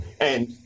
and-